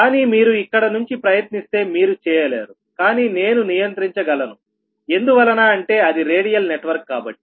కానీ మీరు ఇక్కడ నుంచి ప్రయత్నిస్తే మీరు చేయలేరు కానీ నేను నియంత్రించగల ను ఎందువలన అంటే అది రేడియల్ నెట్వర్క్ కాబట్టి